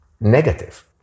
negative